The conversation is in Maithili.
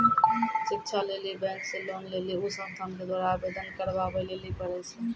शिक्षा लेली बैंक से लोन लेली उ संस्थान के द्वारा आवेदन करबाबै लेली पर छै?